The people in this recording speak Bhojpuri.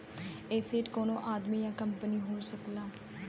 एसेट कउनो आदमी या कंपनी हो सकला